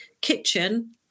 kitchen